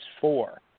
four